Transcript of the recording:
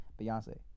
Beyonce